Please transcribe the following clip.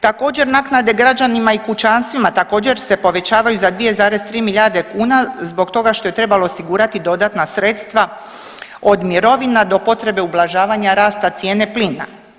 Također naknade građanima i kućanstvima također se povećavaju za 2,3 milijarde kuna zbog toga što je trebalo osigurati dodatna sredstva od mirovina do potrebe ublažavanja rasta cijene plina.